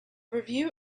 review